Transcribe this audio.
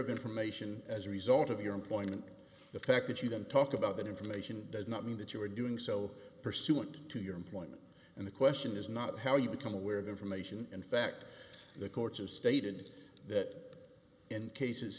of information as a result of your employment the fact that you don't talk about that information does not mean that you are doing so pursuant to your employment and the question is not how you become aware of information in fact the courts have stated that in cases